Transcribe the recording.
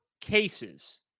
cases